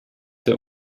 der